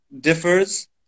differs